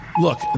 Look